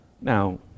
Now